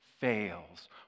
fails